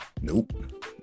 nope